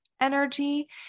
energy